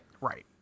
Right